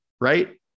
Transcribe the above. right